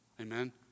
Amen